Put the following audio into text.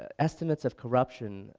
ah estimates of corruption